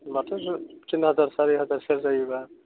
होमब्लाथ' तिन हाजार सारि हाजार सेल जायोब्ला